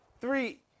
Three